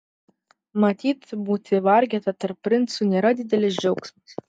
matyt būti vargeta tarp princų nėra didelis džiaugsmas